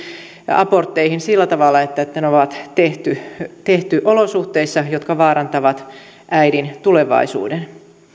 abortteihin sillä tavalla että ne on tehty olosuhteissa jotka vaarantavat äidin tulevaisuuden